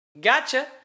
Gotcha